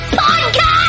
podcast